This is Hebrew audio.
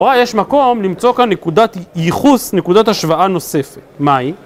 אולי יש מקום למצוא כאן נקודת ייחוס, נקודת השוואה נוספת, מהי?